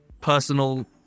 personal